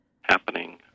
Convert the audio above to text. happening